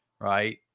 Right